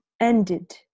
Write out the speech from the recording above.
ended